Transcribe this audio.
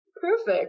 Perfect